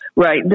Right